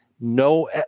No